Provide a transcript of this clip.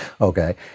Okay